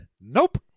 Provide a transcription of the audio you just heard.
Nope